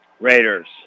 Raiders